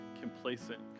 complacent